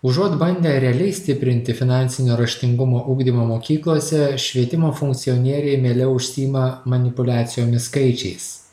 užuot bandę realiai stiprinti finansinio raštingumo ugdymą mokyklose švietimo funkcionieriai mieliau užsiima manipuliacijomis skaičiais